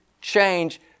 change